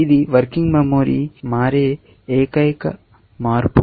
ఇది working memory మారే ఏకైక మార్పు